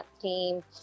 team